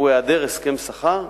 היא היעדר הסכם שכר,